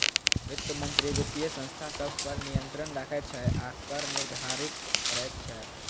वित्त मंत्री वित्तीय संस्था सभ पर नियंत्रण राखै छै आ कर निर्धारित करैत छै